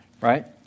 right